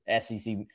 SEC –